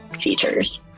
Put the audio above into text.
features